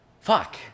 Fuck